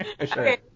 Okay